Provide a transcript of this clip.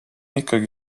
ikkagi